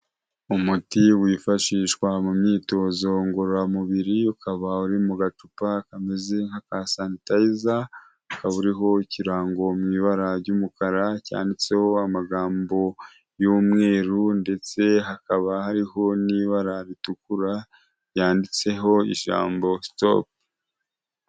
Umuti wifashishwa mu myitozo ngororamubiri, ukaba uri mu gacupa kameze nk'akasanitayiza, ukaba uriho ikirango mu ibara ry'umukara, cyanditseho amagambo y'umweru ndetse hakaba hariho n'ibara ritukura ryanditseho ijambo sitopu.